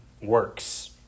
works